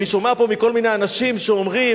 אני שומע פה מכל מיני אנשים שאומרים,